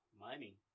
money